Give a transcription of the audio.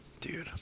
Dude